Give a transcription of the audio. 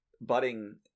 budding